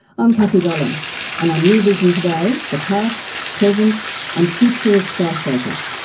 i'm kathy gollan and on rear vision today, the past, present and future of skyscrapers.